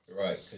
Right